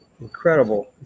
incredible